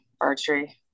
archery